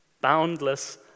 Boundless